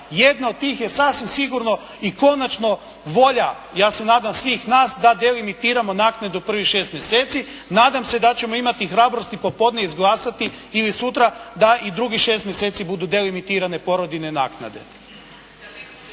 Jedna od tih je sasvim sigurno i konačno volja, ja se nadam svih nas, da delimitiramo naknadu prvih 6 mjeseci. Nadam se da ćemo imati hrabrosti popodne izglasati ili sutra da i drugih 6 mjeseci budu delimitirane porodiljne naknade.